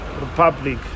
Republic